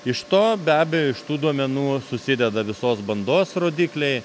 iš to be abejo iš tų duomenų susideda visos bandos rodikliai